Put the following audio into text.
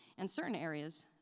and certain areas,